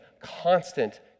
constant